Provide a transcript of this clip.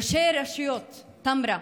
ראשי רשויות טמרה,